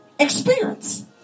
experience